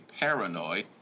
paranoid